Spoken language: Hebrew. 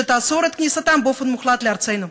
שתאסור את כניסתם באופן מוחלט לארצנו.